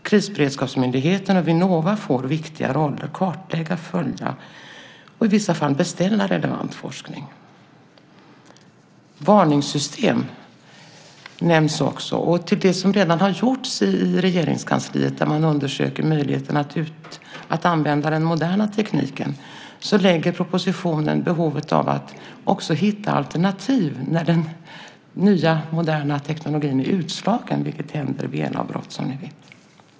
Krisberedskapsmyndigheten och Vinnova får viktiga roller att kartlägga, följa och i vissa fall beställa relevant forskning. Varningssystem nämns också. Till det som redan har gjorts i Regeringskansliet, där man undersöker möjligheten att använda den moderna tekniken, framkommer i propositionen behovet av att hitta alternativ när den nya moderna tekniken är utslagen, vilket händer vid elavbrott.